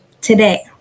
today